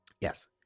yes